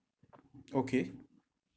okay